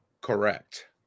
Correct